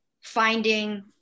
finding